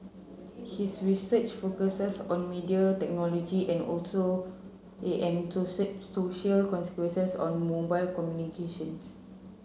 his research focuses on media technology and also social consequences on mobile communications